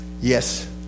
Yes